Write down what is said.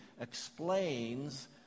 explains